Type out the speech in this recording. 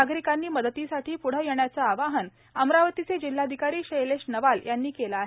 नागरिकांनी मदतीसाठी पुढे येण्याचे आवाहन अमरावतीचे जिल्हाधिकारी शैलेश नवाल यांनी केले आहे